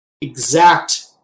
exact